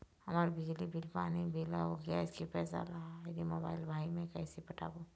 हमर बिजली बिल, पानी बिल, अऊ गैस के पैसा ला आईडी, मोबाइल, भाई मे कइसे पटाबो?